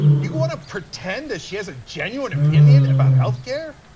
you want to pretend that she has a genuine opinion about healthcare?